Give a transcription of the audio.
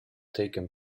taken